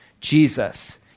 Jesus